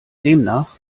demnach